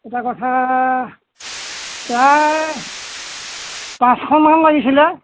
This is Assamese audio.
এটা কথা প্ৰায় পাঁচশমান লাগিছিলে